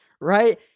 Right